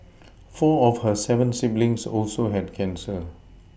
four of her seven siblings also had cancer